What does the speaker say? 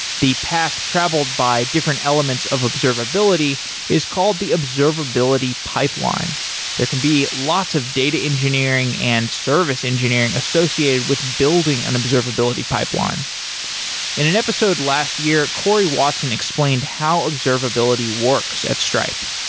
the path traveled by different elements of observability is called the observability pipeline. there can be lots of data engineering and service engineering associated with building an observability pipeline in an episode last year, cory watson explained how observability works at stripe.